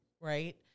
right